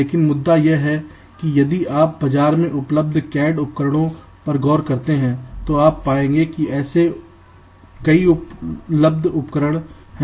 लेकिन मुद्दा यह है कि यदि आप बाजार में उपलब्ध CAD उपकरणों पर गौर करते हैं तो आप पाएंगे कि ऐसे कई उपलब्ध उपकरण हैं